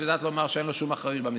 את יודעת לומר שאין לו שום אחריות במשרד.